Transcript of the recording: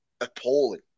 appalling